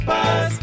Buzz